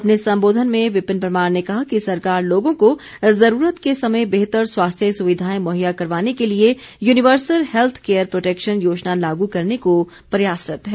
अपने संबोधन में विपिन परमार ने कहा कि सरकार लोगों को ज़रूरत के समय बेहतर स्वास्थ्य सुविधाएं मुहैया करवाने के लिए युनिवर्सल हैल्थ केयर प्रोटैक्शन योजना लागू करने को प्रयासरत है